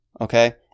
okay